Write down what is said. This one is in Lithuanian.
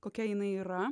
kokia jinai yra